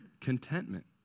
contentment